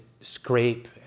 scrape